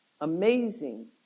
amazing